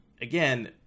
again